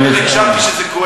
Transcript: כל כך הקשבתי, שזה כואב.